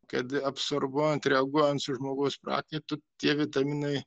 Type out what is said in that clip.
kad absorbuojant reaguojant su žmogaus prakaitu tie vitaminai